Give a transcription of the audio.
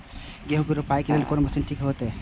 गेहूं रोपाई के लेल कोन मशीन ठीक होते?